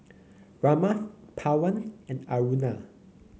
Ramnath Pawan and Aruna